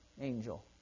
angel